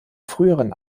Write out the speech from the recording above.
früheren